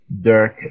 Dirk